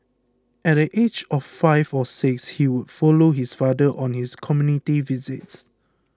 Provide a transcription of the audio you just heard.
at the age of five or six he would follow his father on his community visits